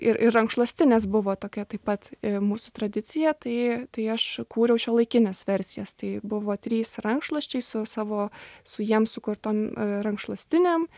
ir ir rankšluostinės buvo tokia taip pat mūsų tradicija tai tai aš kūriau šiuolaikines versijas tai buvo trys rankšluosčiai su savo su jiem sukurtom rankšluostinėm